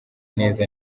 neza